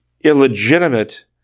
illegitimate